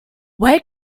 where